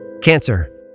cancer